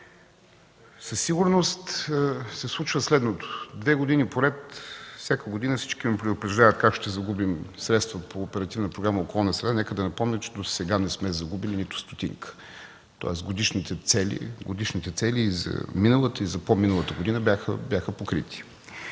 Със сигурност се случва следното – две години поред всяка година всички ме предупреждават как ще загубим средства по Оперативна програма „Околна среда”. Нека да напомня, че досега не сме загубили нито стотинка. Тоест годишните цели и за миналата, и за по-миналата година бяха покрити.